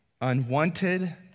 unwanted